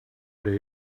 day